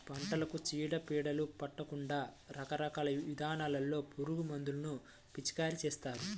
పంటలకు చీడ పీడలు పట్టకుండా రకరకాల విధానాల్లో పురుగుమందులను పిచికారీ చేస్తారు